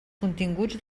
continguts